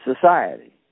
society